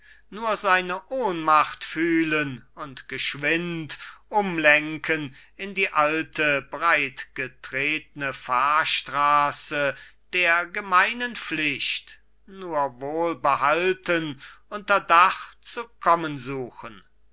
nur seine ohnmacht fühlen und geschwind umlenken in die alte breitgetretne fahrstraße der gemeinen pflicht nur wohlbehalten unter dach zu kommen suchen